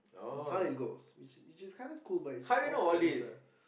that's how it goes which is which is kinda cool but it's awkward as well